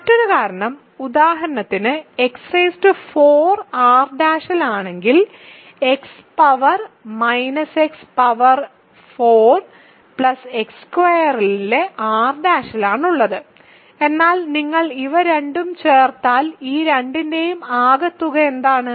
മറ്റൊരു കാരണം ഉദാഹരണത്തിന് x4 R' ലാണെങ്കിൽ x power x power 4 x സ്ക്വയറിനെ R' ലാണുള്ളത് എന്നാൽ നിങ്ങൾ ഇവ രണ്ടും ചേർത്താൽ ഈ രണ്ടിന്റെയും ആകെത്തുക എന്താണ്